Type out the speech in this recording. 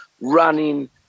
running